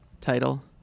title